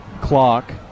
clock